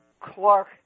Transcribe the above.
Clark